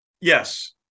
Yes